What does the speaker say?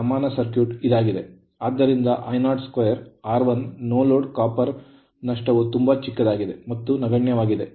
ಆದ್ದರಿಂದ I02R1 no load copper ತಾಮ್ರದ ನಷ್ಟವು ತುಂಬಾ ಚಿಕ್ಕದಾಗಿದೆ ಮತ್ತು ನಗಣ್ಯವಾಗಿದೆ